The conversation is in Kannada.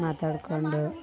ಮಾತಾಡ್ಕೊಂಡು